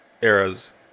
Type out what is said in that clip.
eras